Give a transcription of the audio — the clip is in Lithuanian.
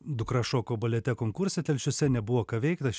dukra šoko balete konkurse telšiuose nebuvo ką veikt aš